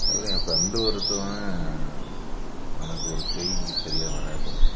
அப்புறம் என் ஃப்ரெண்டு ஒருத்தன் அவனுக்கு ஒரு கை சரியாக வராது